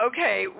Okay